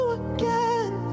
again